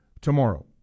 tomorrow